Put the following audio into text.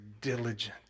diligent